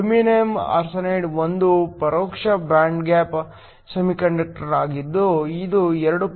aluminium arsenide ಒಂದು ಪರೋಕ್ಷ band gap semiconductor ಆಗಿದ್ದು ಇದು 2